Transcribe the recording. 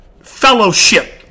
fellowship